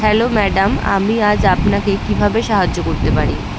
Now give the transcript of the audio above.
hello madam আমি আজ আপনাকে কীভাবে সাহায্য করতে পারি